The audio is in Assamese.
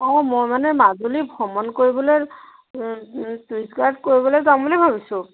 অঁ মই মানে মাজুলী ভ্ৰমণ কৰিবলৈ টুৰিষ্ট গাইড কৰিবলৈ যাম বুলি ভাবিছোঁ